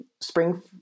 spring